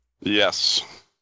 Yes